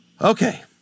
Okay